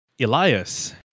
Elias